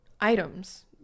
items